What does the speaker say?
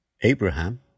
Abraham